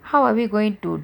how are we going to